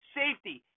safety